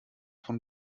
von